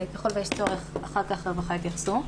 ככל שיהיה צורך אחר כך גורמי הרווחה יתייחסו.